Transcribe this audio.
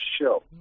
show